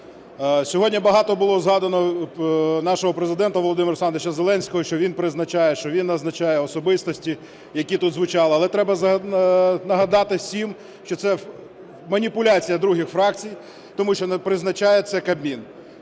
Сьогодні багато було згадано нашого Президента Володимира Олександровича Зеленського, що він призначає, що він назначає особистості, які тут звучали. Але треба нагадати всім, що це маніпуляція других фракцій, тому що призначає це Кабмін.